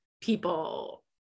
people